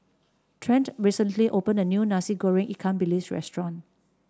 Trent recently opened a new Nasi Goreng Ikan Bilis restaurant